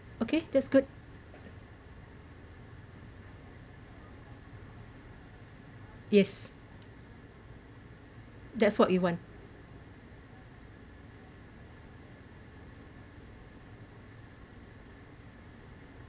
okay that's good yes that's what you want